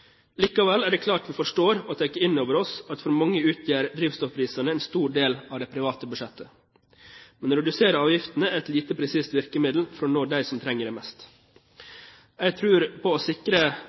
Likevel er det klart vi forstår og tar inn over oss at for mange utgjør drivstoffprisene en stor del av det private budsjettet. Men å redusere avgiftene er et lite presist virkemiddel for å nå dem som trenger det. Jeg tror på å sikre